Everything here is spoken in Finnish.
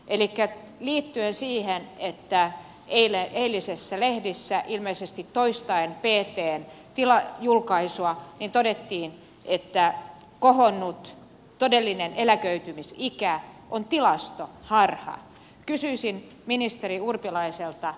elikkä liittyen siihen että eilisissä lehdissä ilmeisesti toistaen ptn julkaisua todettiin että kohonnut todellinen eläköitymisikä on tilastoharha kysyisin ministeri urpilaiselta